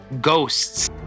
ghosts